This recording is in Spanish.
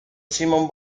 simón